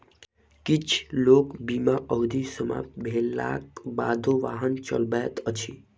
किछ लोक बीमा अवधि समाप्त भेलाक बादो वाहन चलबैत अछि